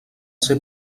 ser